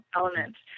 elements